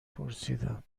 پرسیدم